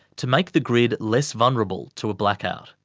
to make the grid less vulnerable to a blackout.